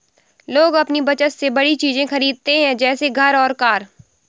लोग अपनी बचत से बड़ी चीज़े खरीदते है जैसे घर और कार